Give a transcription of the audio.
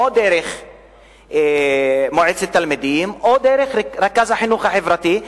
או דרך מועצת התלמידים או דרך רכז החינוך החברתי.